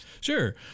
Sure